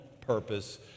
purpose